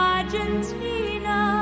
Argentina